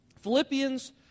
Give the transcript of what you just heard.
Philippians